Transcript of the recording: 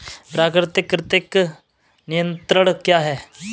प्राकृतिक कृंतक नियंत्रण क्या है?